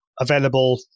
available